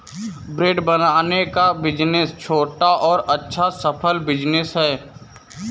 bread बनाने का business छोटा और अच्छा सफल बिज़नेस है